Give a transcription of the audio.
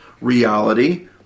reality